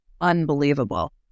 unbelievable